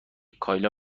کایلا